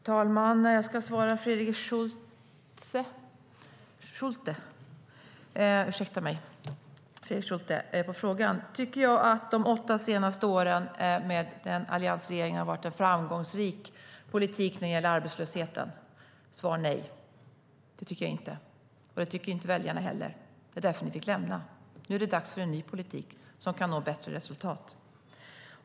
Herr talman! Jag ska svara på Fredrik Schultes fråga: Tycker jag att politiken de åtta senaste åren med en alliansregering har varit framgångsrik när det gäller arbetslösheten? Svar nej - det tycker jag inte. Det tyckte inte väljarna heller. Det var därför ni fick lämna. Nu är det dags för en ny politik som kan nå bättre resultat.